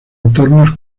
entornos